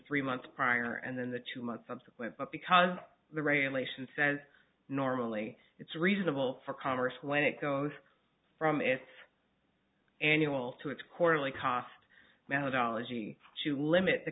three months prior and then the two months subsequent but because the regulation says normally it's reasonable for congress when it goes from its annual to its quarterly cost man with elegy to limit the